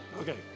Okay